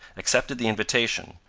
accepted the invitation,